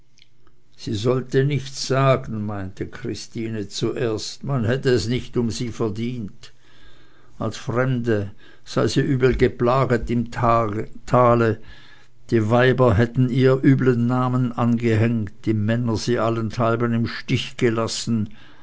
sie sollte nichts sagen meinte christine zuerst man hätte es nicht um sie verdient als fremde sie übel geplaget im tale die weiber ihr einen übeln namen angehängt die männer sie allenthalben im stiche gelassen